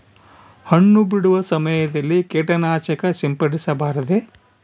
ಹಣ್ಣು ಬಿಡುವ ಸಮಯದಲ್ಲಿ ಕೇಟನಾಶಕ ಸಿಂಪಡಿಸಬಾರದೆ?